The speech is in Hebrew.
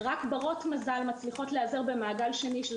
רק ברות מזל מצליחות להיעזר במעגל שני של